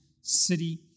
city